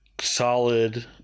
solid